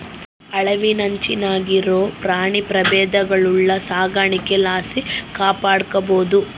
ಅಳಿವಿನಂಚಿನಾಗಿರೋ ಪ್ರಾಣಿ ಪ್ರಭೇದಗುಳ್ನ ಸಾಕಾಣಿಕೆ ಲಾಸಿ ಕಾಪಾಡ್ಬೋದು